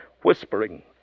whispering